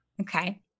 okay